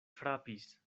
frapis